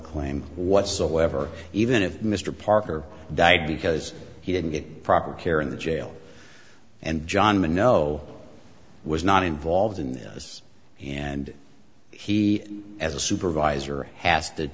claim whatsoever even if mr parker died because he didn't get proper care in the jail and john men know was not involved in this and he as a supervisor ha